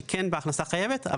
שכן בהכנסה חייבת,